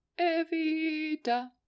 Evita